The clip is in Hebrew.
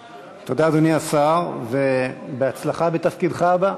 תודה, אדוני השר, ובהצלחה בתפקידך הבא.